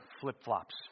flip-flops